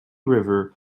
river